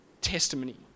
testimony